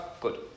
good